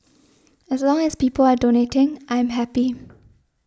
as long as people are donating I'm happy